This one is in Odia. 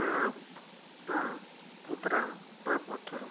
ଷ୍ଟାମ୍ପ୍ ମୁଦ୍ରା ବା ପଥର